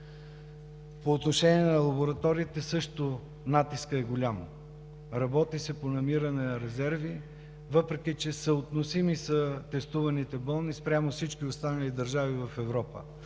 По отношение на лабораториите също натискът е голям. Работи се по намиране на резерви, въпреки че съотносими са тестваните болни спрямо всички останали държави в Европа.